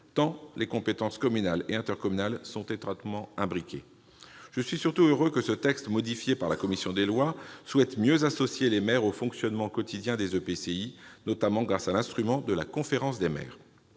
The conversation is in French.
tant les compétences communales et intercommunales sont étroitement imbriquées. Je suis surtout heureux que ce texte, modifié par la commission des lois, tende à mieux associer les maires au fonctionnement quotidien des EPCI, notamment grâce à l'instrument de la conférence des maires.